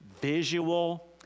visual